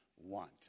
want